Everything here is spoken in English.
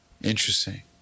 Interesting